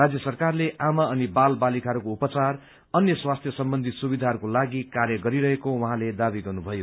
राज्य सरकारले आमा अनि बाल बालिकाहरूको उपचार अन्य स्वास्थ्य सम्बन्धी सुविधहरूको लाग कार्य गरिरहेको उहाँले दावी गर्नुभयो